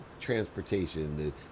transportation